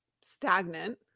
stagnant